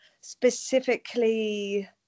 specifically